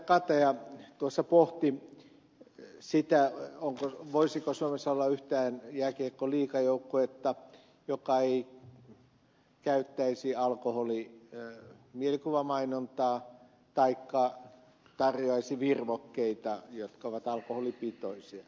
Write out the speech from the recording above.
kataja tuossa pohti sitä voisiko suomessa olla yhtään jääkiekkoliigajoukkuetta joka ei käyttäisi alkoholimielikuvamainontaa taikka tarjoaisi virvokkeita jotka ovat alkoholipitoisia osa niistä